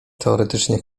teoretyczny